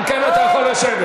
יש,